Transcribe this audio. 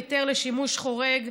היתר לשימוש חורג),